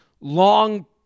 long